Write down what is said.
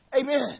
Amen